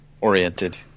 oriented